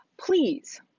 Please